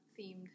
themed